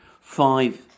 five